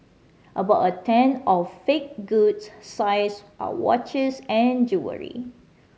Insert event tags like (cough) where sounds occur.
about a tenth of fake goods (unintelligible) are watches and jewellery